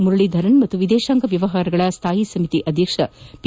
ಮುರಳೀಧರನ್ ಹಾಗೂ ವಿದೇಶಾಂಗ ವ್ಯವಹಾರಗಳ ಸ್ಥಾಯಿ ಸಮಿತಿ ಅಧ್ಯಕ್ಷ ಪಿ